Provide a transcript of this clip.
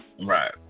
Right